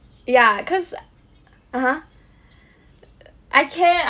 ya cause (uh huh) err I can